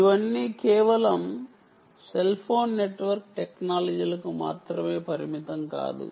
ఇవన్నీ కేవలం cell phone network టెక్నాలజీలకు మాత్రమే పరిమితం కాదు